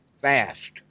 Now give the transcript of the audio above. fast